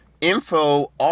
Info